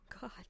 God